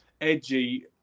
edgy